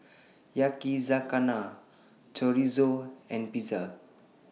Yakizakana Chorizo and Pizza